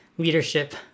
Leadership